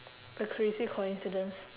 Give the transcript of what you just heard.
a crazy coincidence